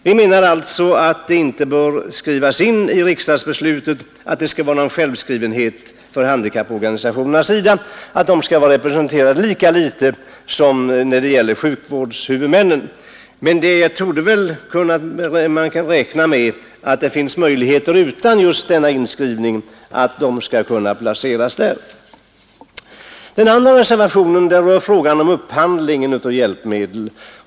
Vi menar alltså att det inte behöver skrivas in i riksdagsbeslutet att handikapporganisationerna — lika litet som sjukvårdshuvudmännen — skall vara självskrivna att vara representerade i hjälpmedelsrådet. Man torde emellertid kunna räkna med att det finns möjligheter, utan att det skrivs in i riksdagsbeslutet, att de skall kunna placeras där. Den andra reservationen rör frågan om upphandlingen av hjälpmedel.